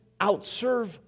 outserve